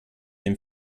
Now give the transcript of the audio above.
dem